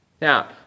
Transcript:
Now